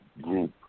group